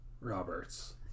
Roberts